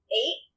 eight